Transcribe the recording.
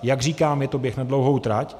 Jak říkám, je to běh na dlouhou trať.